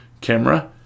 camera